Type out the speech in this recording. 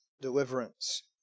deliverance